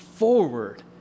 Forward